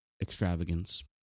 extravagance